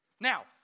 Now